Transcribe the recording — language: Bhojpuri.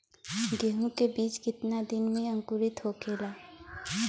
गेहूँ के बिज कितना दिन में अंकुरित होखेला?